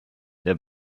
der